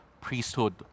priesthood